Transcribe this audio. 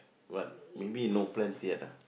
what maybe no plans yet ah